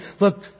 look